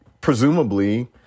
presumably